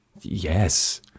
Yes